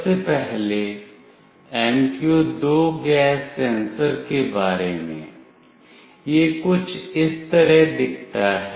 सबसे पहले MQ2 gas sensor के बारे में यह कुछ इस तरह दिखता है